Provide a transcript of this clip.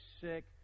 sick